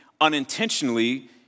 unintentionally